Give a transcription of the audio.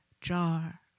jar